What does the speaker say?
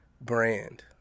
brand